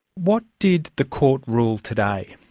what did the court rule today?